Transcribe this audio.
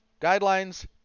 Guidelines